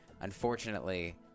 Unfortunately